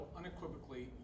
unequivocally